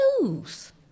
news